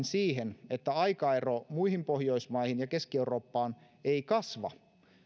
siihen että aikaero muihin pohjoismaihin ja keski eurooppaan ei kasva